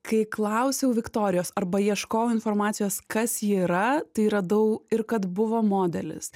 kai klausiau viktorijos arba ieškojau informacijos kas ji yra tai radau ir kad buvo modelis